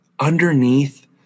underneath